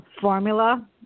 formula